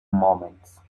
moments